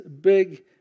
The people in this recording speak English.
big